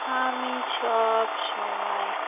আমি সব সময়